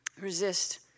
Resist